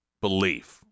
belief